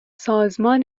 سازمان